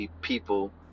people